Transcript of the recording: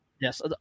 Yes